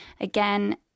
Again